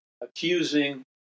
accusing